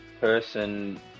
person